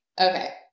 okay